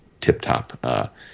tip-top